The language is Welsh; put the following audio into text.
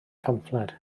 pamffled